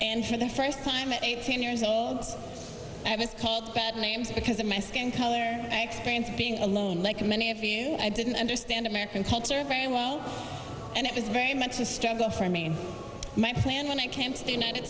and for the first time in eighteen years i was called bad names because of my skin color experience being alone like many of you i didn't understand american culture very well and it was very much a struggle for me and my plan when i came to the united